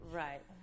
right